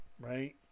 right